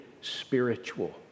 spiritual